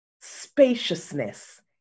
spaciousness